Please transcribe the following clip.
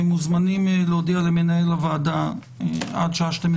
מוזמנים להודיע למנהל הוועדה עד השעה